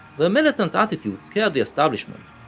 their militant attitude scared the establishment,